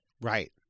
Right